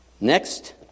Next